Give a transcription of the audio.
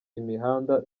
imihanda